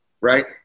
Right